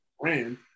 brand